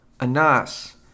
Anas